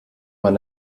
man